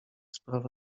sprawa